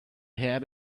had